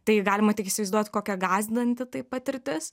tai galima tik įsivaizduot kokia gąsdinanti tai patirtis